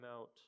out